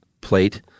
plate